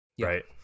Right